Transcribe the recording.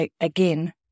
again